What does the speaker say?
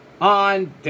...on